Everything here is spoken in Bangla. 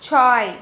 ছয়